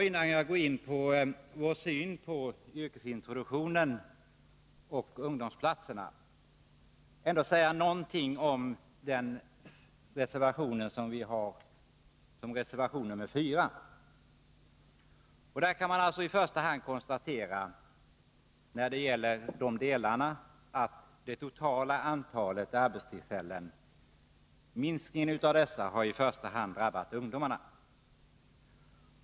Innan jag går in på vår syn på yrkesintroduktionen och ungdomsplatserna, skall jag säga några ord om reservation 4. Här kan man konstatera att minskningen av det totala antalet arbetstillfällen i första hand har drabbat ungdomarna.